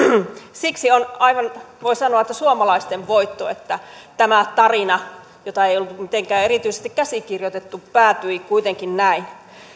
siksi on voi sanoa aivan suomalaisten voitto että tämä tarina jota ei ollut mitenkään erityisesti käsikirjoitettu päättyi kuitenkin näin